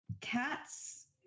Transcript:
cats